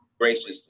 Graciously